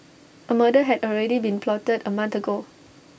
A murder had already been plotted A month ago